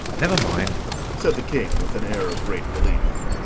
never mind said the king, with an air of great relief.